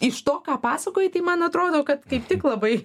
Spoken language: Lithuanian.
iš to ką pasakojai tai man atrodo kad kaip tik labai